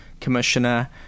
Commissioner